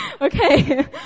Okay